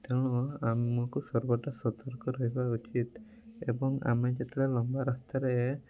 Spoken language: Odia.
ତେଣୁ ଆମକୁ ସର୍ବଦା ସତର୍କ ରହିବା ଉଚିତ୍ ଏବଂ ଆମେ ଯେତେବେଳେ ଲମ୍ବା ରାସ୍ତାରେ